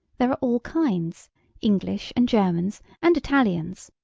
there are all kinds english, and germans, and italians.